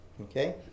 Okay